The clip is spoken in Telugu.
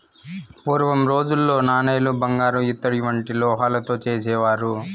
పూర్వం రోజుల్లో నాణేలు బంగారు ఇత్తడి వంటి లోహాలతో చేసేవారు